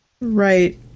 right